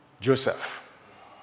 Joseph